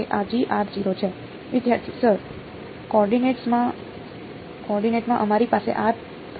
વિદ્યાર્થી સર કોઓર્ડિનેટમાં અમારી પાસે છે